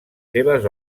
seves